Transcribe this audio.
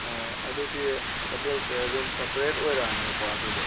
ꯑꯣ ꯑꯗꯨꯗꯤ ꯍꯣꯇꯦꯜꯁꯦ ꯔꯨꯝ ꯁꯦꯄ꯭ꯔꯦꯠ ꯑꯣꯏꯔꯛꯑꯅꯦꯕꯀꯣ ꯑꯗꯨꯗꯤ